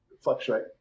fluctuate